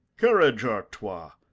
courage, artois!